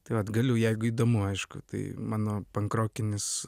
tai vat galiu jeigu įdomu aišku tai mano pank rokinis